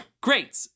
Great